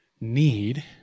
need